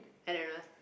I don't know